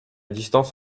distance